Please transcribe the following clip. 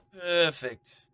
Perfect